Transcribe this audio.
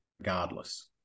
regardless